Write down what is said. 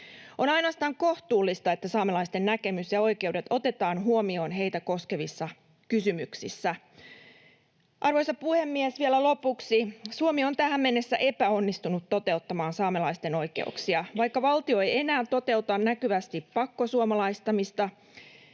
On ainoastaan kohtuullista, että saamelaisten näkemys ja oikeudet otetaan huomioon heitä koskevissa kysymyksissä. Arvoisa puhemies! Vielä lopuksi: Suomi on tähän mennessä epäonnistunut toteuttamaan saamelaisten oikeuksia. Vaikka valtio ei enää toteuta näkyvästi pakkosuomalaistamista,